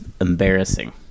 embarrassing